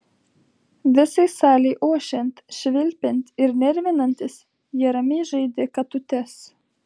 visai salei ošiant švilpiant ir nervinantis jie ramiai žaidė katutes